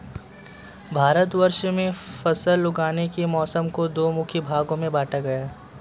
भारतवर्ष में फसल उगाने के मौसम को दो मुख्य भागों में बांटा गया है